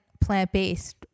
plant-based